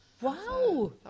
Wow